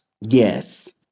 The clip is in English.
Yes